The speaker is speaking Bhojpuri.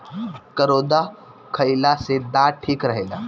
करौदा खईला से दांत ठीक रहेला